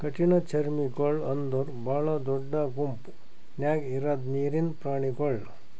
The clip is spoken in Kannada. ಕಠಿಣಚರ್ಮಿಗೊಳ್ ಅಂದುರ್ ಭಾಳ ದೊಡ್ಡ ಗುಂಪ್ ನ್ಯಾಗ ಇರದ್ ನೀರಿನ್ ಪ್ರಾಣಿಗೊಳ್